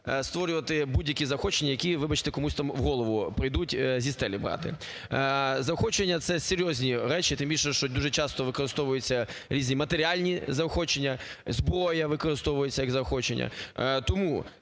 створювати будь-які заохочення, які, вибачте, комусь там в голову прийдуть, зі стелі брати. Заохочення – це серйозні речі. Тим більше, що дуже часто використовуються різні матеріальні заохочення, зброя використовується як заохочення.